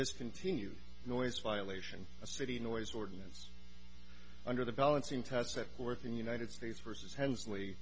discontinue noise violation a city noise ordinance under the balancing test set forth in the united states versus hensley